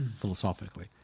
philosophically